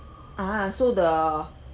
ah so the